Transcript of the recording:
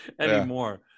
anymore